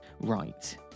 right